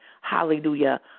hallelujah